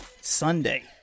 Sunday